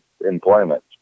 employment